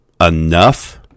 enough